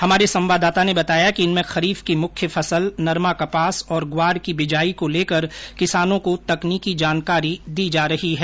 हमारे संवाददाता ने बताया कि इनमें खरीफ की मुख्य फसल नरमा कपास और ग्वार की बिजाई को लेकर किसानों को तकनीकी जानकारी दी जा रही है